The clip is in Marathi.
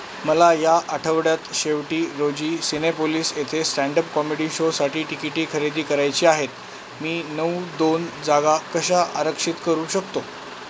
मला या आठवड्यात शेवटी रोजी सिनेपोलीस येथे स्टँड अप कॉमेडी शोसाठी टिकिटे खरेदी करायची आहेत मी नऊ दोन जागा कशा आरक्षित करू शकतो